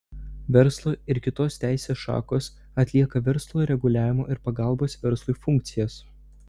verslo ir kitos teisės šakos atlieka verslo reguliavimo ir pagalbos verslui funkcijas